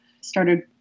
started